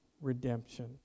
redemption